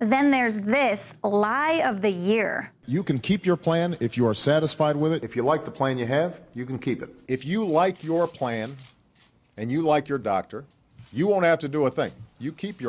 and then there's this ally of the year you can keep your plan if you are satisfied with it if you like the plane you have you can keep it if you like your plan and you like your doctor you won't have to do a thing you keep your